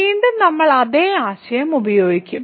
വീണ്ടും നമ്മൾ അതേ ആശയം ഉപയോഗിക്കും